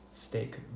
Steak